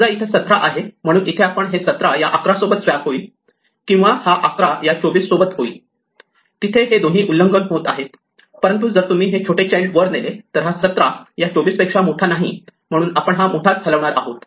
समजा इथे हे 17 आहे म्हणून इथे आपण हे 17 या 11 सोबत स्वॅप होईल किंवा हा 11 या 24 सोबत होईल तिथे हे दोन्ही उल्लंघन आहेत परंतु जर तुम्ही हे छोटे चाईल्ड वर नेले तर हा 17 या 24 पेक्षा मोठा नाही म्हणून आपण हा मोठाच हलवणार आहोत